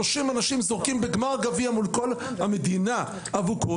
30 אנשים זורקים בגמר גביע מול כל המדינה אבוקות,